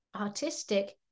artistic